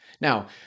Now